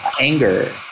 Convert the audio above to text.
anger